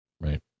Right